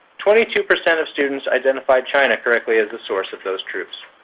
twenty two percent of students identified china correctly as the source of those troops.